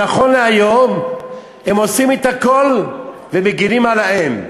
נכון להיום הם עושים את הכול ומגינים על האם.